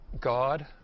God